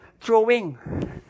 throwing